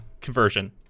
conversion